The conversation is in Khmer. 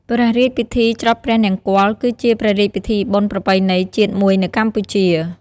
ព្រះរាជពិធី ច្រត់ព្រះនង្គ័ល គឺជាព្រះរាជពិធីបុណ្យប្រពៃណីជាតិមួយនៅកម្ពុជា។